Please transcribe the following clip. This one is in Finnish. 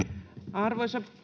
arvoisa